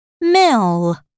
mill